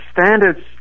Standards